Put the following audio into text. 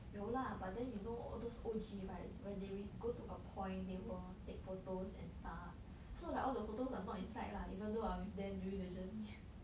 有 lah but then you know those O_G right when they we go to a point they will take photos and stuff so like all the photos I'm not inside lah even though I'm with them during the journey